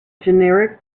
generic